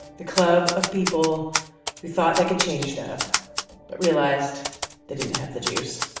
the club of people who thought they could change stuff but realized they didn't have the juice.